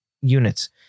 units